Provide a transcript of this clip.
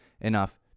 enough